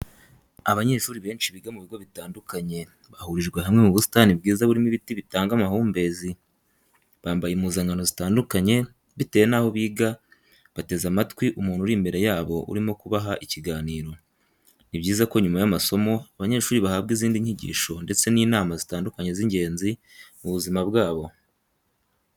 Abanyeshuri benshi biga mu bigo bitandukanye bahurijwe hamwe mu busitani bwiza burimo ibiti bitanga amahumbezi, bambaye impuzankano zitandukanye bitewe naho biga bateze amatwi umuntu uri imbere yabo urimo kubaha ikiganiro. Ni byiza ko nyuma y'amasomo abanyeshuri bahabwa izindi nyigisho ndetse n'inama zitandukanye z'ingenzi mu buzima bwabo.